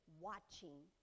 watching